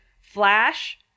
flash